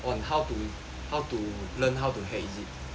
on how to how to learn how to hack is it